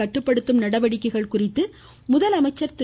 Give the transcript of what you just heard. கட்டுப்படுத்தும் நடவடிக்கைகள் குறித்து முதலமைச்சர் திரு